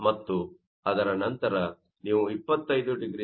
ಮತ್ತು ಅದರ ನಂತರ ನೀವು 25 0C ಮತ್ತು 0